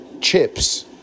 Chips